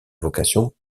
vocation